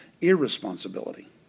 irresponsibility